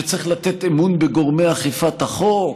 שצריך לתת אמון בגורמי אכיפת החוק?